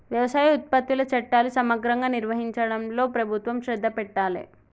వ్యవసాయ ఉత్పత్తుల చట్టాలు సమగ్రంగా నిర్వహించడంలో ప్రభుత్వం శ్రద్ధ పెట్టాలె